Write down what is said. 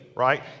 right